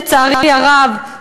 לצערי הרב,